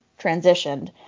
transitioned